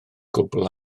gwbl